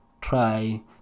try